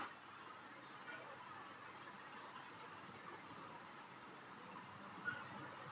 आज कृषि पर जलवायु परिवर्तन से पड़ने वाले प्रभाव के विषय पर व्याख्यान है